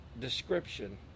description